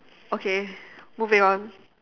okay moving on